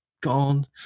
gone